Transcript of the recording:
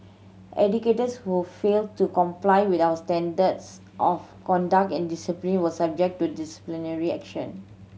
educators who fail to comply with our standards of conduct and discipline will subjected to disciplinary action